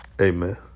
amen